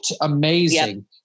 amazing